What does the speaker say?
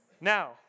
Now